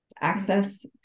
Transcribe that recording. access